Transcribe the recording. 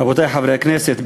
רבותי חברי הכנסת,